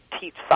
teach